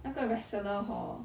那个 wrestler hor